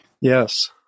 Yes